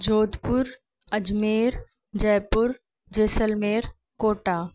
Jodhpur Ajmer Jaipur Jaisalmer Kota